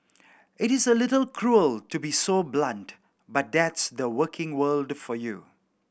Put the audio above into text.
it is a little cruel to be so blunt but that's the working world for you